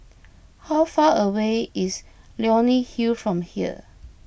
how far away is Leonie Hill from here